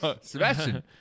Sebastian